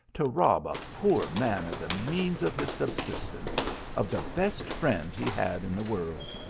to rob a poor man of the means of his subsistence of the best friend he had in the world!